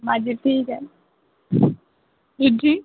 माझी ठीक आहे तुझी